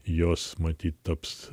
jos matyt taps